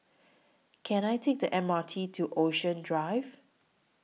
Can I Take The M R T to Ocean Drive